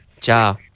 Ciao